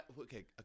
Okay